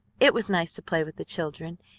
it was nice to play with the children,